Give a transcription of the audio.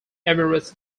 emirates